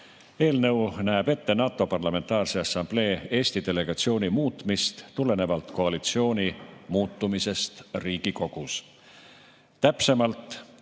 Eelnõu näeb ette NATO Parlamentaarse Assamblee Eesti delegatsiooni muutmist tulenevalt koalitsiooni muutumisest Riigikogus.